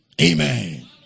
Amen